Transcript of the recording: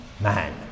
man